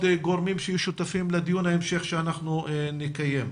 גורמים שיהיו שותפים לדיון המשך שאנחנו נקיים.